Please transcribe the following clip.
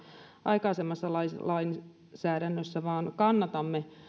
aikaisemmassa lainsäädännössä vaan kannatamme